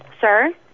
Sir